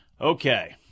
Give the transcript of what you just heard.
Okay